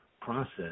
process